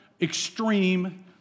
extreme